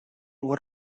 what